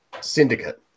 Syndicate